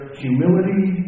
humility